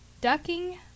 Ducking